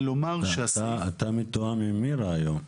אתה מתואם עם מירה היום.